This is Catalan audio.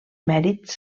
mèrits